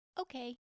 Okay